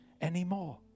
anymore